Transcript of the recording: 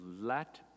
let